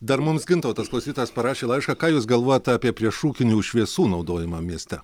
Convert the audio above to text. dar mums gintautas klausytojas parašė laišką ką jūs galvojat apie priešrūkinių šviesų naudojimą mieste